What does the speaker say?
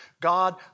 God